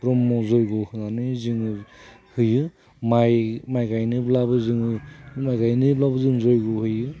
ब्रह्म जयग' होनानै जोङो होयो माइ गायनायब्लाबो जोङो माइ गायनोब्लाबो जों जयग' होयो